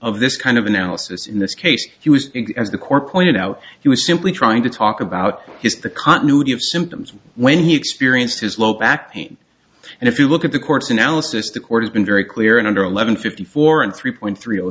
of this kind of analysis in this case he was as the core pointed out he was simply trying to talk about his the continuity of symptoms when he experienced his low back pain and if you look at the court's analysis the court has been very clear and under eleven fifty four and three point three